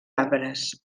arbres